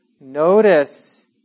notice